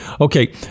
okay